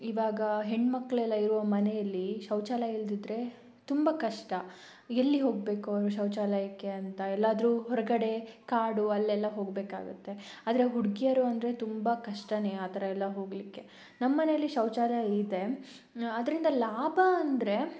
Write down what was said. ಇವಾಗ ಹೆಣ್ಣು ಮಕ್ಕಳೆಲ್ಲ ಇರೋ ಮನೆಯಲ್ಲಿ ಶೌಚಾಲಯ ಇಲ್ಲದಿದ್ರೆ ತುಂಬ ಕಷ್ಟ ಎಲ್ಲಿ ಹೋಗಬೇಕು ಅವರು ಶೌಚಾಲಯಕ್ಕೆ ಅಂತ ಎಲ್ಲಾದರೂ ಹೊರಗಡೆ ಕಾಡು ಅಲ್ಲೆಲ್ಲ ಹೋಗಬೇಕಾಗತ್ತೆ ಆದರೆ ಹುಡುಗಿಯರು ಅಂದರೆ ತುಂಬ ಕಷ್ಟವೇ ಆ ಥರ ಎಲ್ಲ ಹೋಗಲಿಕ್ಕೆ ನಮ್ಮ ಮನೇಲ್ಲಿ ಶೌಚಾಲಯ ಇದೆ ಅದರಿಂದ ಲಾಭ ಅಂದರೆ